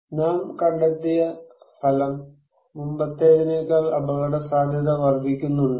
നാം കണ്ടെത്തിയ ഫലം മുമ്പത്തേതിനേക്കാൾ അപകടസാധ്യത വർദ്ധിക്കുന്നുണ്ടോ